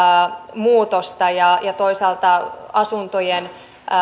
muutosta ja ja toisaalta asuntojen